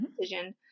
decision